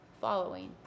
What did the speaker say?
following